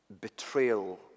betrayal